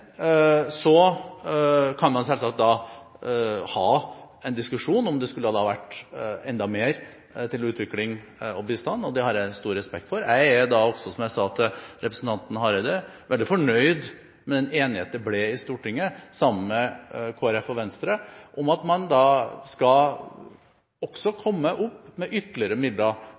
Så kan man selvsagt ha en diskusjon om det skulle vært enda mer til utvikling og bistand, og det har jeg stor respekt for. Jeg er da også, som jeg sa til representanten Hareide, veldig fornøyd med den enigheten det ble i Stortinget med Kristelig Folkeparti og Venstre om at man skal komme opp med ytterligere midler